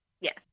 Yes